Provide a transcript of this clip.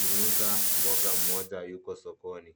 Muuza mboga mmoja yuko sokoni,